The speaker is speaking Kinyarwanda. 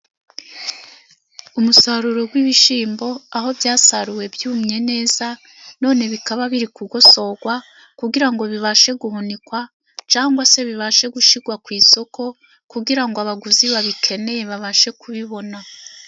Umusaruro w'ibishyimbo, aho byasaruwe byumye neza none bikaba biri kugosorwa, kugira ngo bibashe guhunikwa, cyangwa se bibashe gushyirwa ku isoko, kugira ngo abaguzi babikeneye babashe kubibona.